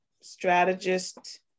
strategist